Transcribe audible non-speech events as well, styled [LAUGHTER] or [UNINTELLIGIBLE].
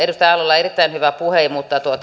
[UNINTELLIGIBLE] edustaja aallolla oli erittäin hyvä puhe mutta